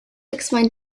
explain